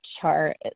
chart